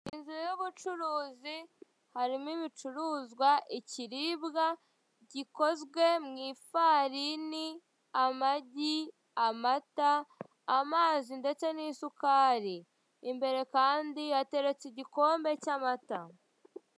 Inzu y'ubucuruzi, harimo ibicuruzwa, ibiribwa bikozwe mu ifarini, amagi, amata, amazi ndetse n'isukari. Imbere kandi ateretse igikombe cy'amata.